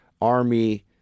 Army